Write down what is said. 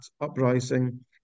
uprising